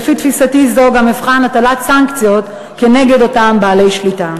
לפי תפיסתי זו גם אבחן הטלת סנקציות כנגד אותם בעלי שליטה.